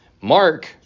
Mark